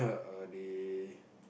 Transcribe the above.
are they